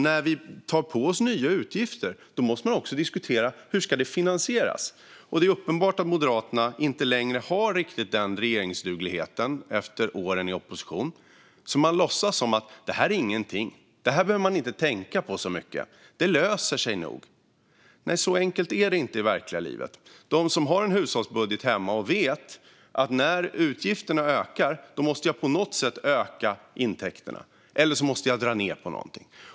När vi tar på oss nya utgifter måste man också diskutera hur det ska finansieras. Det är uppenbart att Moderaterna inte längre riktigt har den regeringsdugligheten efter åren i opposition. Man låtsas: Det här är ingenting - det här behöver man inte tänka på så mycket, utan det löser sig nog! Men så enkelt är det inte i verkliga livet. De som har en hushållsbudget hemma vet att när utgifterna ökar måste man på något sätt öka intäkterna eller dra ned på någonting.